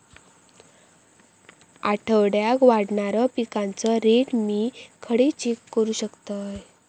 आठवड्याक वाढणारो पिकांचो रेट मी खडे चेक करू शकतय?